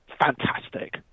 fantastic